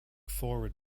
forward